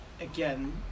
again